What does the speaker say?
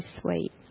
sweet